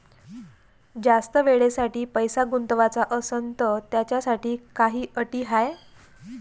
जास्त वेळेसाठी पैसा गुंतवाचा असनं त त्याच्यासाठी काही अटी हाय?